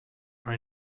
are